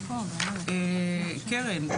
קרן,